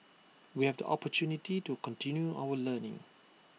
we have the opportunity to continue our learning